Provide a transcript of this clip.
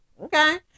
Okay